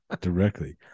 Directly